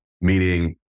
meaning